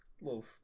little